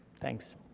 thanks.